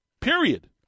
Period